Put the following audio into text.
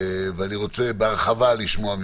אני רוצה לשמוע ממנו בהרחבה.